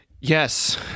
Yes